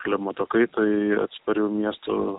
klimato kaitai atsparių miestų